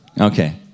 Okay